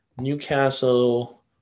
Newcastle